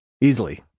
easily